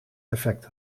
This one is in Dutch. effect